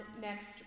next